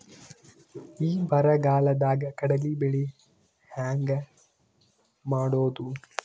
ಈ ಬರಗಾಲದಾಗ ಕಡಲಿ ಬೆಳಿ ಹೆಂಗ ಮಾಡೊದು?